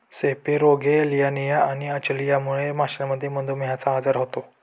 सेपेरोगेलियानिया आणि अचलियामुळे माशांमध्ये मधुमेहचा आजार होतो